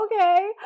okay